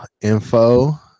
info